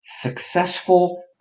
successful